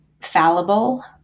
fallible